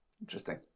Interesting